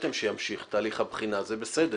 הרשיתם שתהליך הבחינה ימשיך, זה בסדר